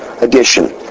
edition